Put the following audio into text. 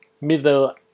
middle